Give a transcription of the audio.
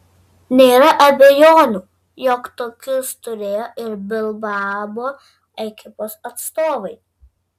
nėra abejonių jog tokius turėjo ir bilbao ekipos atstovai